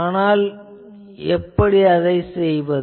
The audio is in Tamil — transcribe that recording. அதை எப்படிச் செய்வது